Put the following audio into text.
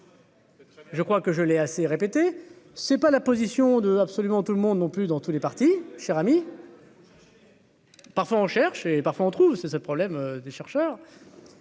Je crois que je l'ai assez répété, c'est pas la position de absolument tout le monde non plus dans tous les partis cher ami. Parfois en cherche et parfois on trouve, c'est ça le problème des chercheurs